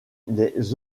les